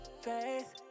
faith